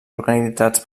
organitzats